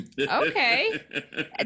okay